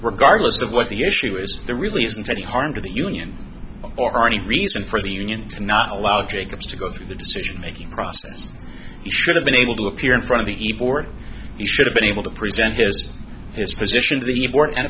regardless of what the issue is there really isn't any harm to the union or any reason for the union to not allow jacobs to go through the decision making process he should have been able to appear in front of the ebor he should have been able to present his his position to the board and